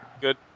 good